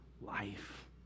life